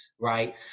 Right